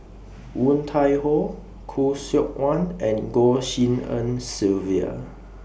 Woon Tai Ho Khoo Seok Wan and Goh Tshin En Sylvia